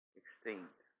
extinct